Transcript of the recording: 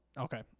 Okay